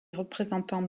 représentants